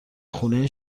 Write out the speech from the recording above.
خونه